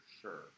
sure